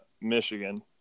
Michigan